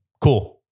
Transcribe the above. Cool